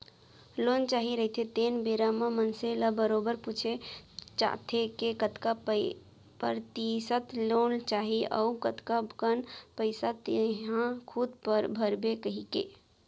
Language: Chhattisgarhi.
लोन चाही रहिथे तेन बेरा म मनसे ल बरोबर पूछे जाथे के कतका परतिसत लोन चाही अउ कतका कन पइसा तेंहा खूद भरबे कहिके